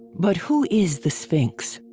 but who is the sphinx?